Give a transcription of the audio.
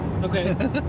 Okay